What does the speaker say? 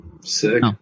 Sick